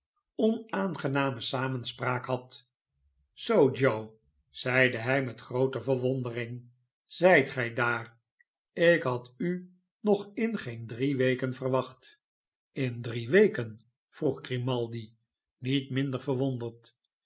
onaangename samenspraak had zoo joe zeide hij met groote verwondering zijt gy daar ik had u nog in geene drie weken verwacht een newcastle zalm in drie weken vroeg grimaldi niet minder verwonderd